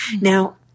Now